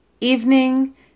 evening